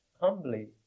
humbly